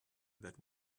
that